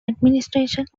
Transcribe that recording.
administrations